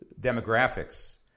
demographics